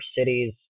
cities